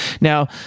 Now